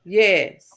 yes